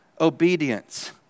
obedience